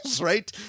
right